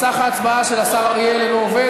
מסך ההצבעה של השר אריאל אינו עובד,